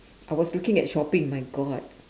I was looking at shopping my god